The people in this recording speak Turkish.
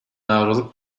avroluk